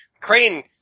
Crane